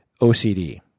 OCD